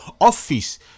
Office